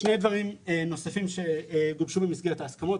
שני דברים נוספים שגובשו במסגרת ההסכמות.